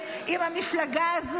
מאשר המפלגה בכנסת,